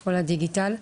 כל הדיגיטל.